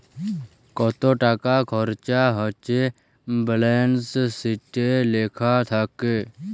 কত টাকা খরচা হচ্যে ব্যালান্স শিটে লেখা থাক্যে